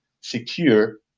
secure